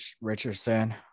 Richardson